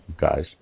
guys